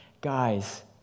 Guys